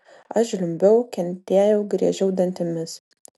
aš žliumbiau kentėjau griežiau dantimis